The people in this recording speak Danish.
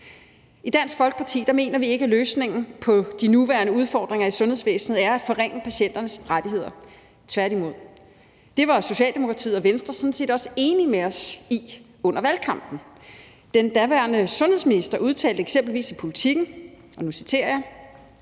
I Dansk Folkeparti mener vi ikke, at løsningen på de nuværende udfordringer i sundhedsvæsenet er at forringe patienternes rettigheder, tværtimod. Det var Socialdemokratiet og Venstre sådan set også enige med os i under valgkampen. Den daværende sundhedsminister udtalte eksempelvis i Politiken, og nu citerer jeg: